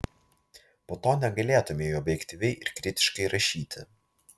po to negalėtumei objektyviai ir kritiškai rašyti